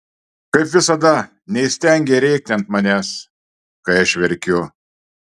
kaip visada neįstengei rėkti ant manęs kai aš verkiu